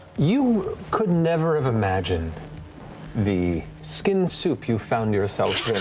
you could never have imagined the skin soup you found yourself